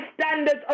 standards